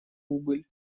убыль